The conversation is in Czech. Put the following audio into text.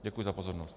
Děkuju za pozornost.